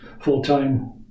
full-time